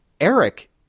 Eric